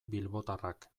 bilbotarrak